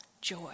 joy